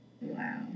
Wow